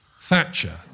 Thatcher